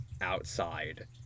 outside